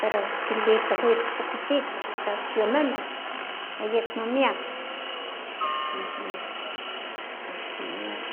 pero kilito witz pokititoh, sa si omemeh, ayakmo miak, ayekmo miak.